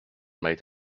made